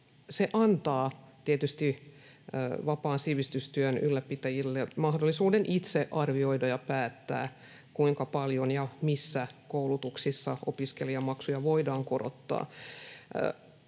Se antaa tietysti vapaan sivistystyön ylläpitäjille mahdollisuuden itse arvioida ja päättää, kuinka paljon ja missä koulutuksissa opiskelijamaksuja voidaan korottaa.